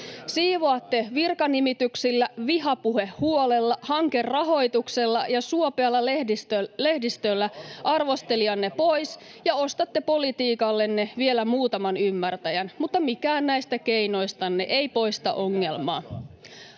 Siivoatte virkanimityksillä, vihapuhehuolella, hankerahoituksilla ja suopealla lehdistöllä arvostelijanne pois ja ostatte politiikallenne vielä muutaman ymmärtäjän. Mutta mikään näistä keinoistanne ei poista ongelmaa.